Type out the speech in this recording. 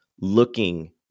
looking